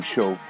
Show